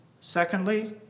Secondly